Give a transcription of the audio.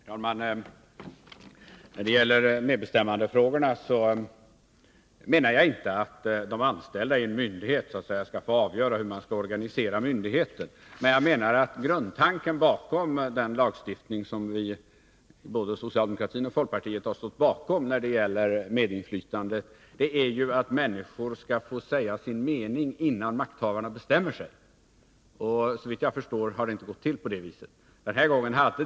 Herr talman! När det gäller medbestämmandefrågorna menar jag inte att de anställda i en myndighet skall få avgöra hur man skall organisera myndigheten, men jag menar att grundtanken bakom den lagstiftning om medinflytandet som både socialdemokratin och folkpartiet har stått bakom är att människor skall få säga sin mening, innan makthavarna bestämmer sig. Såvitt jag förstår har det inte gått till på det viset den här gången.